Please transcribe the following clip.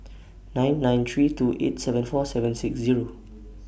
nine nine three two eight seven four seven six Zero